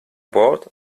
board